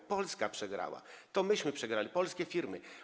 To Polska przegrała, to myśmy przegrali, polskie firmy.